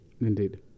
Indeed